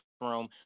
room